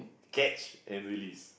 catch and release